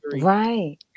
Right